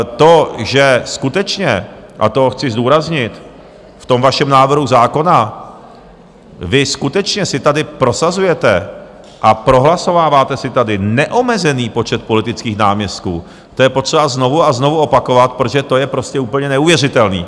To, že skutečně, a to chci zdůraznit, v tom vašem návrhu zákona vy skutečně si tady prosazujete a prohlasováváte si tady neomezený počet politických náměstků, to je potřeba znovu a znovu opakovat, protože to je prostě úplně neuvěřitelné.